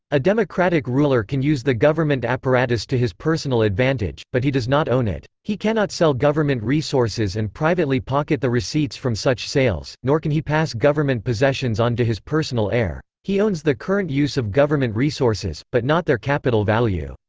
a democratic ruler can use the government apparatus to his personal advantage, but he does not own it. he cannot sell government resources and privately pocket the receipts from such sales, nor can he pass government possessions on to his personal heir. he owns the current use of government resources, but not their capital value.